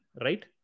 right